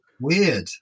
weird